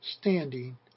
standing